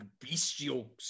bestial